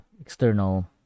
external